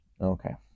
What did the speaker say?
okay